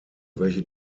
welche